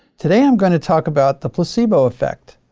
today, i'm gonna talk about the placebo effect.